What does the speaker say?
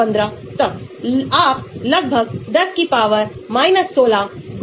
प्रत्येक प्रॉपर्टी के लिए मूल्यों की एक सीमा के साथ प्रतिस्थापन चुनें